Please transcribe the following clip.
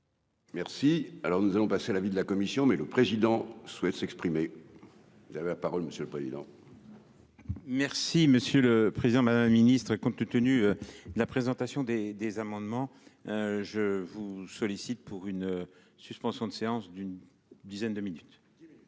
Merci, alors nous allons passer l'avis de la commission, mais le président souhaite s'exprimer, vous avez la parole monsieur le président. Merci monsieur le Président, Madame la Ministre, compte tenu de la présentation des des amendements je vous sollicite pour une suspension de séance d'une dizaine de minutes.